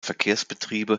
verkehrsbetriebe